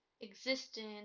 existence